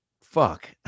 fuck